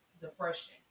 depression